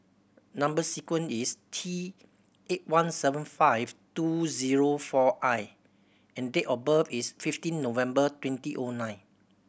number sequence is T eight one seven five two zero four I and date of birth is fifteen November twenty O nine